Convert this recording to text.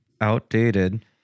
outdated